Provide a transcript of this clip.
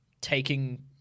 taking